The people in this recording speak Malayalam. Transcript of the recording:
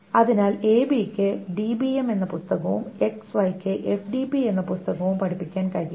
അതിനാൽ AB ക്ക് ഡിബിഎം എന്ന പുസ്തകവും XY യ്ക്ക് FDB എന്ന പുസ്തകവും പഠിപ്പിക്കാൻ കഴിയണം